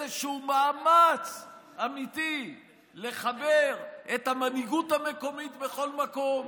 איזשהו מאמץ אמיתי לחבר את המנהיגות המקומית בכול מקום